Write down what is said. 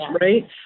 right